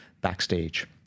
backstage